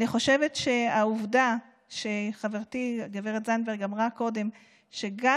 אני חושבת שהעובדה שחברתי גב' זנדברג אמרה קודם שגם